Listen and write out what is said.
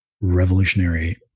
revolutionary